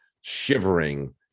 shivering